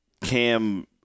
cam